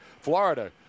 Florida